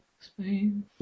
Spain